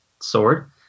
sword